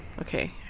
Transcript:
Okay